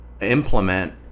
implement